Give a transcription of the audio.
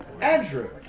Andrew